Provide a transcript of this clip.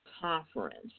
conference